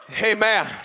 Amen